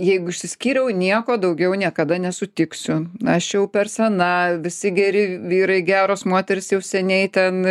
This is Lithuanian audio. jeigu išsiskyriau nieko daugiau niekada nesutiksiu aš jau per sena visi geri vyrai geros moterys jau seniai ten